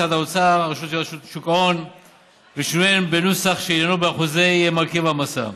משרד האוצר ורשות שוק ההון ולשינוי בנוסח שעניינו אחוזי מרכיב ההעמסה.